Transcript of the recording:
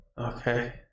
okay